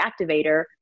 activator